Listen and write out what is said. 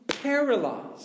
paralyzed